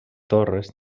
torres